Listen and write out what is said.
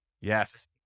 Yes